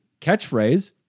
catchphrase